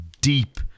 deep